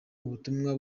ubutumwa